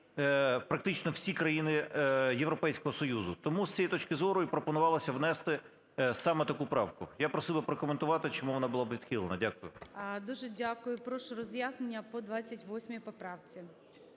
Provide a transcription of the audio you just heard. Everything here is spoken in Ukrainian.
практично всі країни Європейського Союзу. Тому з цієї точки зору і пропонувалося внести саме таку правку. Я просив би прокоментувати, чому вона була відхилена. Дякую. ГОЛОВУЮЧИЙ. Дуже дякую. Прошу роз'яснення по 28 поправці.